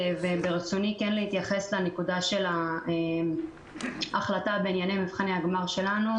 וברצוני להתייחס לנקודה של ההחלטה בענייני מבחני הגמר שלנו.